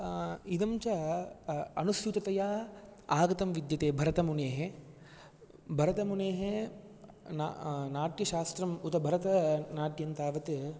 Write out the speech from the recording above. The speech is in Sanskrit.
इदं च अनुस्यूततया आगतं विद्यते भरतमुनेः भरतमुनेः ना नाट्यशास्त्रम् उत भरतनाट्यं तावत्